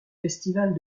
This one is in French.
festivals